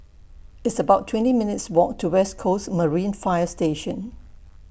It's about twenty minutes' Walk to West Coast Marine Fire Station